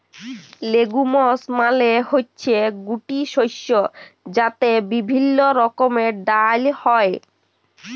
legumes মালে হচ্যে গুটি শস্য যাতে বিভিল্য রকমের ডাল হ্যয়